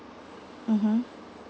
mmhmm